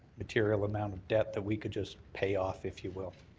material amount of debt that we could just pay off, if you will.